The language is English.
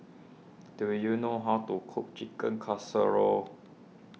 do you know how to cook Chicken Casserole